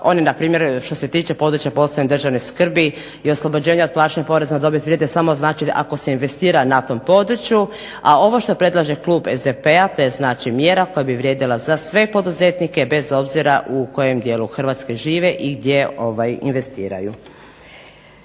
što se tiče područja posebne državne skrbi i oslobođenja plaćanja poreza na dobit vrijede samo znači ako se investira na tom području, a ovo što predlaže klub SDP-a, to je znači mjera koja bi vrijedila za sve poduzetnike, bez obzira u kojem dijelu Hrvatske žive i gdje investiraju.